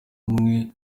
umwe